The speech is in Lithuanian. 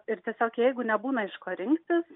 ir tiesiog jeigu nebūna iš ko rinktis